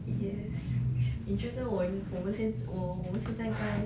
yes 你觉得我应我我们现在